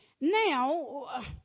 now